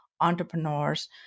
entrepreneurs